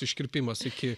iškirpimas iki